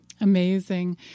Amazing